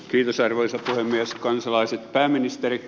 arvoisa puhemies kansalaiset pääministeri